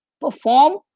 perform